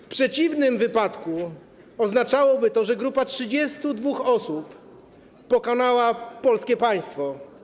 W przeciwnym wypadku oznaczałoby to, że grupa 32 osób pokonała polskie państwo.